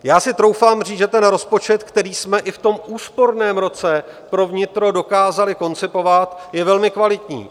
Já si troufám říct, že ten rozpočet, který jsme i v tom úsporném roce pro vnitro dokázali koncipovat, je velmi kvalitní.